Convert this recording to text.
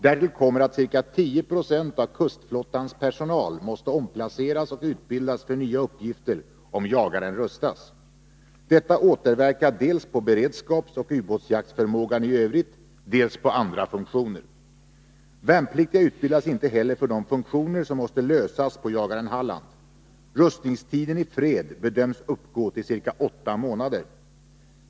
Därtill kommer att ca 10 96 av kustflottans personal måste omplaceras och utbildas för nya uppgifter om jagaren rustas. Detta återverkar dels på beredskapsoch ubåtsjaktförmågan i övrigt, dels på andra funktioner. Värnpliktiga utbildas inte heller för de funktioner som måste lösas på jagaren Halland. Rustningstiden i fred bedöms uppgå till ca åtta månader.